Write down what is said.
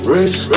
Race